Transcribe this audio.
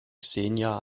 xenia